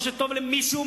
מה שטוב למפלגה שלו,